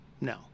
No